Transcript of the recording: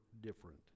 different